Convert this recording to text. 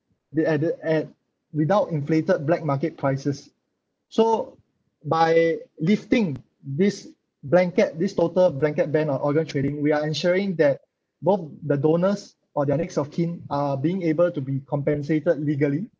they added at without inflated black market prices so by lifting this blanket this total blanket ban on organ trading we are ensuring that both the donors or their next of kin are being able to be compensated legally